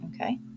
okay